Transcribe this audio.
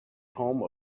home